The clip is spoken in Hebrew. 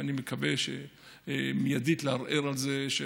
ואני מקווה לערער על זה מיידית,